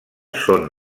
són